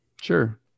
Sure